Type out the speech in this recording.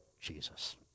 Jesus